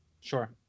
sure